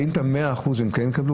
האם את ה-100% הם כן יקבלו?